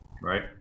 right